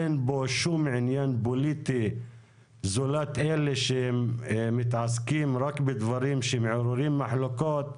אין פה שום עניין פוליטי זולת אלה שמתעסקים רק בדברים שמעוררים מחלוקות,